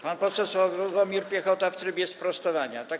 Pan poseł Sławomir Piechota w trybie sprostowania, tak?